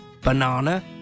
banana